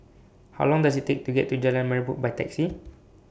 How Long Does IT Take to get to Jalan Merbok By Taxi